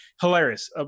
Hilarious